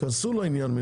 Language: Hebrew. כנסו לעניין,